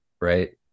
right